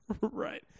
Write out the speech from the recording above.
right